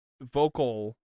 vocal